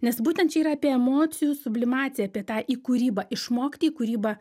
nes būtent čia yra apie emocijų sublimaciją apie tą į kūrybą išmokti į kūrybą